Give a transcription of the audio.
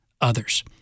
others